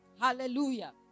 Hallelujah